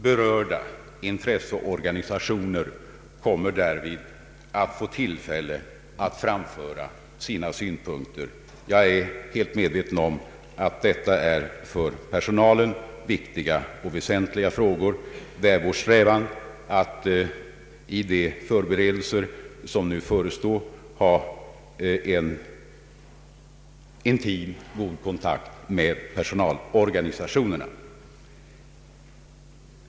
Berörda 1ntresseorganisationer kommer = därvid att få tillfälle att framföra sina synpunkter. Jag är helt medveten om att detta är för personalen viktiga och väsentliga frågor, där vår strävan är att i de förberedelser som nu förestår ha en intim och god kontakt med personalorganisationerna.